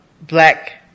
black